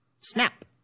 snap